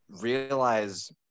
realize